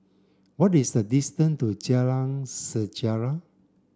what is the distance to Jalan Sejarah